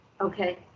okay